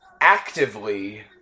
actively